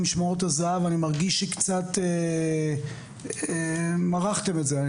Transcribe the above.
משמרות הזהב אני מרגיש שקצת מרחתם את זה.